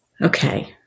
Okay